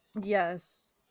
Yes